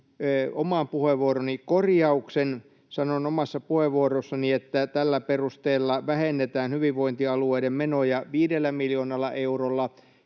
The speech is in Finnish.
omaan puheenvuorooni korjauksen. Sanoin omassa puheenvuorossani, että tällä perusteella vähennetään hyvinvointialueiden menoja viidellä miljoonalla eurolla.